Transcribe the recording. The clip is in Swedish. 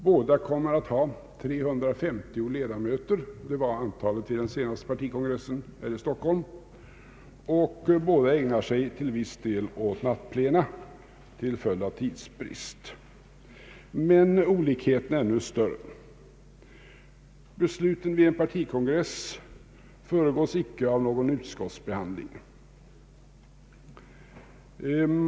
Båda kommer att ha 350 ledamöter — det var antalet vid den senaste partikongressen här i Stockholm — och båda ägnar sig till viss del åt nattplena till följd av tidsbrist. Men olikheterna är ännu större. Besluten vid en partikongress föregås icke av någon utskottsbehandling.